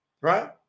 right